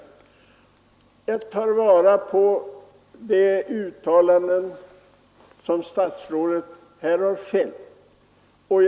Jag tar fasta på de uttalanden statsrådet har gjort.